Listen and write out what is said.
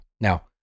Now